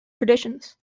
traditions